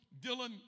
Dylan